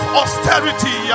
austerity